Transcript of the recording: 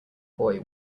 boy